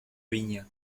viña